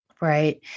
Right